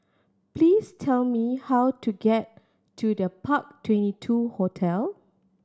please tell me how to get to The Park Twenty two Hotel